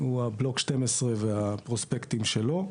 הוא הבלוק 12 והפרוספקטים שלו.